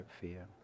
fear